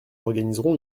organiserons